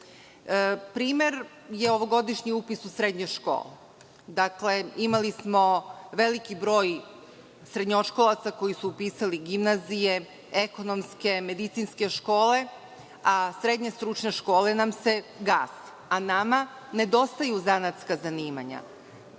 Primer je ovogodišnji upis u srednje škole. Imali smo veliki broj srednjoškolaca koji su upisali gimnazije, ekonomske, medicinske škole, a srednje stručne škole nam se gase, a nama nedostaju zanatska zanimanja.